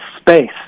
space